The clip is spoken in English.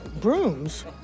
brooms